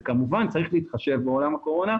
כמובן שצריך להתחשב בעולם הקורונה,